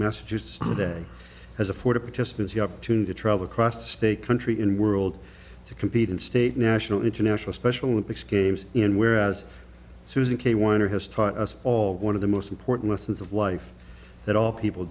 messages today has afforded participants the opportunity to travel across the state country in the world to compete in state national international special olympics games in whereas susan k weiner has taught us all one of the most important lessons of life that all people